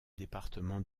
département